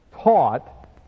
taught